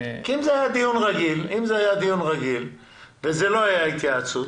אם זה היה דיון רגיל ולא התייעצות